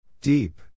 Deep